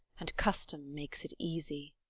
and custom makes it easy.